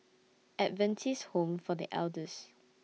Adventist Home For The Elders